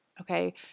okay